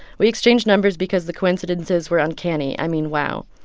we exchanged numbers because the coincidences were uncanny. i mean, wow.